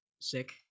sick